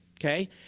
okay